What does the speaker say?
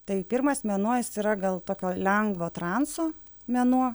tai pirmas mėnuo jis yra gal tokio lengvo transo mėnuo